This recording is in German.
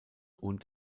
und